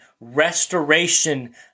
restoration